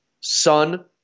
son